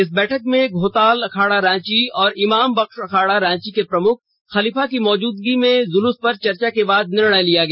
इस बैठक में धोताल अखाड़ा रांची और इमाम बख्श अखाड़ा रांची के प्रमुख खेलीफा की मौजूदगी में जुलूस पर चर्चा के बाद निर्णय लिया गया